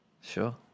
Sure